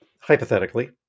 Hypothetically